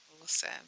awesome